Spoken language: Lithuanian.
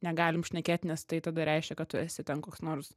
negalim šnekėt nes tai tada reiškia kad tu esi ten koks nors